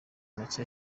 make